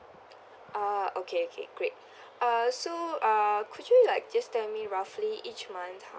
ah okay okay great uh so uh could you like just tell me roughly each month how